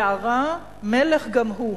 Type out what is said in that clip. והרע 'מלך' גם הוא,